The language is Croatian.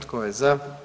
Tko je za?